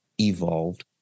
evolved